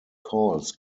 calls